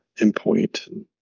endpoint